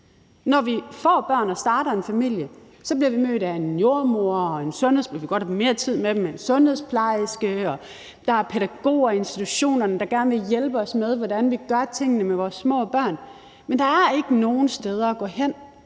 Når vi får børn og starter en familie, bliver vi mødt af en jordemoder og en sundhedsplejerske – vi ville godt have mere tid med dem – og der er pædagoger og institutioner, der gerne vil hjælpe os med, hvordan vi gør tingene med vores små børn. Men der er ikke nogen steder at gå hen,